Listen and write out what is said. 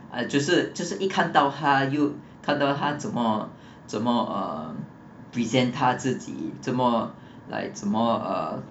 uh 就是就是一看到他就看到他怎么怎么 um present 他自己怎么 like 怎 um